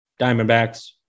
Diamondbacks